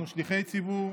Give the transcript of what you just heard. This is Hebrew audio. אנחנו שליחי ציבור,